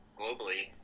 globally